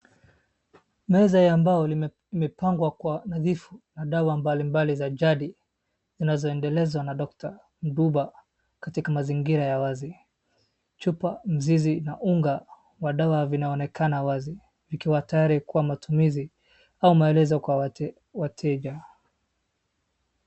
Meza ya mbao imepangwa kwa nadhifu madawa mbalimbali za jadi inazoendelezwa na doctor Mduba katika mazingira ya wazi. Chupa mzizi na unga wa dawa vinaonekana wazi. Vikiwa tayari kwa matumizi au maelezo kwa wateja.